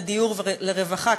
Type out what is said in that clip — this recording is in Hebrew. לדיור ולרווחה,